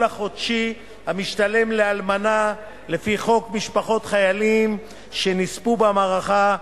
החודשי המשתלם לאלמנה לפי חוק משפחות חיילים שנספו במערכה,